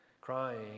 crying